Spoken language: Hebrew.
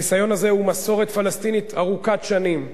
הניסיון הזה הוא מסורת פלסטינית ארוכת שנים,